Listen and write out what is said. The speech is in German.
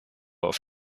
auf